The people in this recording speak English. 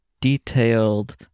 detailed